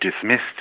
dismissed